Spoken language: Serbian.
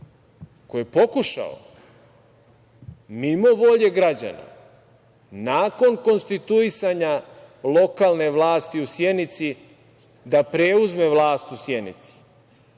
ko je pokušao mimo volje građana, nakon konstituisanja lokalne vlasti u Sjenici da preuzme vlast u Sjenici